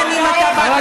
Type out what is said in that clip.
לאזרחים ותיקים,